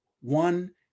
One